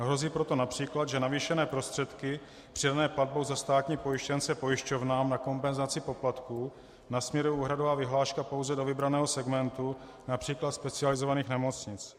Hrozí proto například, že navýšené prostředky přidané platbou za státní pojištěnce pojišťovnám na kompenzaci poplatků nasměruje úhradová vyhláška pouze do vybraného segmentu, například specializovaných nemocnic.